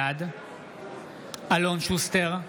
בעד אלון שוסטר,